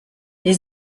les